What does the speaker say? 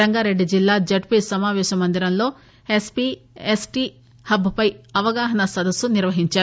రంగారెడ్డి జిల్లా జడ్పీ సమాపేశ మందిరంలో ఎస్పీ ఎస్టీ హబ్పై అవగాహన సదస్సు నిర్వహించారు